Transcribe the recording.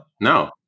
no